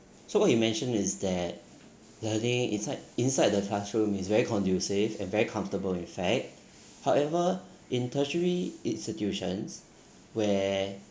so what you mention is that learning inside inside the classroom is very conducive and very comfortable effect however in tertiary institutions where